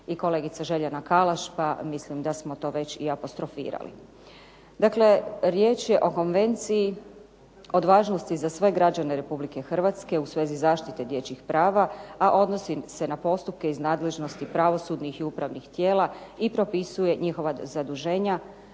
i kolegica Željana Kalaš, pa mislim da smo to već i apostrofirali. Dakle, riječ je o konvenciji od važnosti za sve građana Republike Hrvatske u svezi zaštite dječjih prava, a odnosi se na postupke iz nadležnosti pravosudnih i upravnih tijela i propisuje njihova zaduženja.